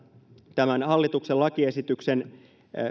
tämän hallituksen lakiesityksen